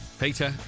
Peter